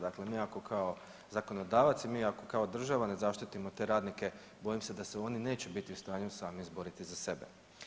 Dakle, nekako kao zakonodavac i mi ako kao država ne zaštitimo te radnike bojim se da se oni neće biti u stanju sami izboriti za sebe.